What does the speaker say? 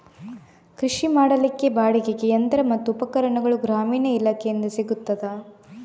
ಕೃಷಿ ಮಾಡಲಿಕ್ಕೆ ಬಾಡಿಗೆಗೆ ಯಂತ್ರ ಮತ್ತು ಉಪಕರಣಗಳು ಗ್ರಾಮೀಣ ಇಲಾಖೆಯಿಂದ ಸಿಗುತ್ತದಾ?